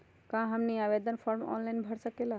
क्या हमनी आवेदन फॉर्म ऑनलाइन भर सकेला?